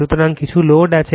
সুতরাং কিছু লোড আছে